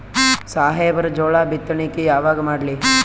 ಸಾಹೇಬರ ಜೋಳ ಬಿತ್ತಣಿಕಿ ಯಾವಾಗ ಮಾಡ್ಲಿ?